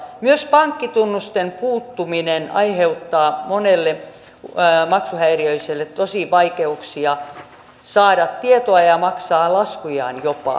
myös pankkitunnusten puuttuminen aiheuttaa monelle maksuhäiriöiselle vaikeuksia saada tietoa ja maksaa laskujaan jopa